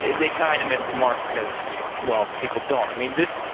they kind of missed the mark because, well, people don't. i mean this.